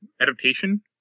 adaptation